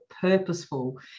purposeful